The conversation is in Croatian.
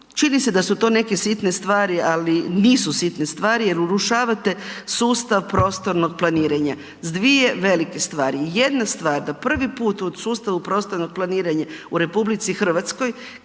čini se da su to neke sitne stvari, ali nisu sitne stvari jer urušavate sustav prostornog planiranja s dvije velike stvari. Jedna stvar, da prvi put u sustavu prostornog planiranja u RH kažete